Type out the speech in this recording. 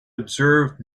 observed